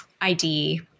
ID